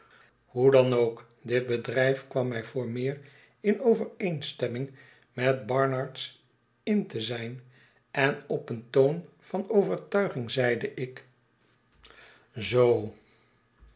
hoe dan ook dit bedrijf kwam mij voor meer in overeenstemming met barnard's inn te zijn en op een toon van overtuiging zeide ik zoo